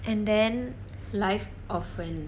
and then life often